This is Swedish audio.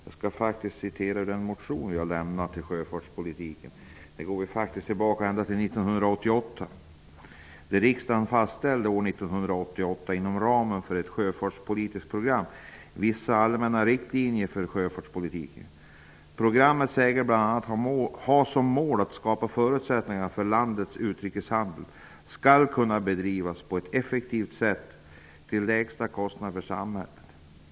Jag skall faktiskt citera ur den motion som jag har väckt i samband med sjöfartspolitiken; den går faktiskt tillbaka ända till 1980: ''Riksdagen fastställde år 1980 inom ramen för ett sjöfartspolitiskt program vissa allmänna riktlinjer för sjöfartspolitiken. Programmet sägs bl.a. ha som mål att skapa förutsättningar för att landets utrikeshandel skall kunna bedrivas på ett effektivt sätt till lägsta kostnad för samhället.